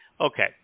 Okay